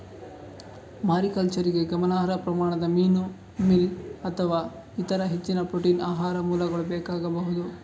ಮಾರಿಕಲ್ಚರಿಗೆ ಗಮನಾರ್ಹ ಪ್ರಮಾಣದ ಮೀನು ಮೀಲ್ ಅಥವಾ ಇತರ ಹೆಚ್ಚಿನ ಪ್ರೋಟೀನ್ ಆಹಾರ ಮೂಲಗಳು ಬೇಕಾಗಬಹುದು